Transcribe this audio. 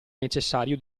necessario